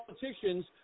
politicians